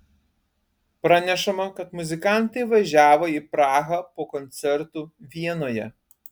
pranešama kad muzikantai važiavo į prahą po koncertų vienoje